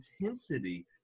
intensity